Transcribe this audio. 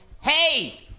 hey